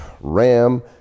Ram